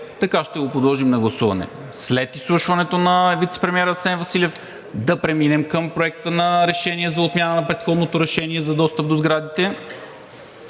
така ще го подложим на гласуване. След изслушването на вицепремиера Асен Василев да преминем към Проекта на решение за отмяна на предходното решение за достъп до сградите,